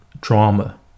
drama